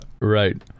Right